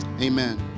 Amen